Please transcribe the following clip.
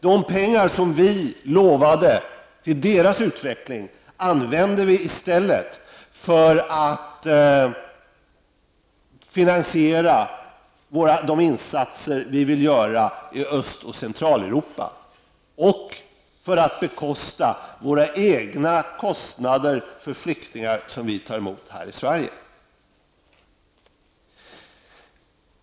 De pengar som har lovats till deras utveckling använder vi i stället för att finansiera de insatser som vi vill göra i Öst och Centraleuropa och för att finansiera våra egna kostnader för flyktingar som vi tar emot här i Sverige.